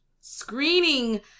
screening